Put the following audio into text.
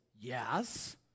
Yes